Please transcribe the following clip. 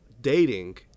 dating